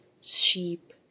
sheep